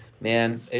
man